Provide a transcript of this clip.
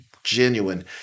genuine